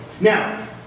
Now